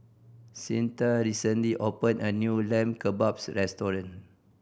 Cyntha recently opened a new Lamb Kebabs Restaurant